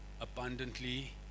abundantly